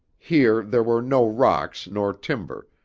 here there were no rocks nor timber,